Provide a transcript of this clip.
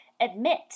admit